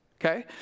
Okay